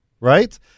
right